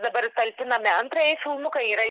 dabar talpiname antrąjį filmuką yra